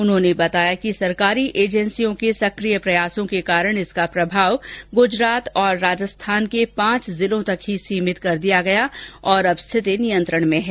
उन्होंने बताया कि सरकारी एजेंसियों के सकिय प्रयासों के कारण इसका प्रभाव गुजरात और राजस्थान के पांच जिलों तक ही सीमित रहा और अब स्थिति नियंत्रण में है